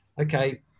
okay